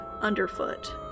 underfoot